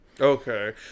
Okay